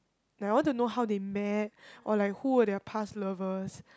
like I want to know how they met or like who were their past lovers